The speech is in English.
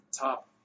top